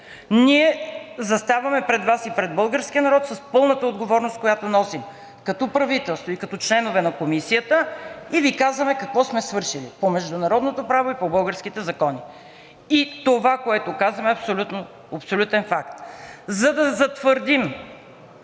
Ние заставаме пред Вас и пред българския народ с пълната отговорност, която носим като правителство и като членове на Комисията, и Ви казваме какво сме свършили по международното право и по българските закони. И това, което казваме, е абсолютен факт. За да затвърдим